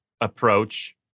approach